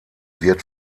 wird